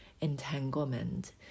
entanglement